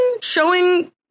showing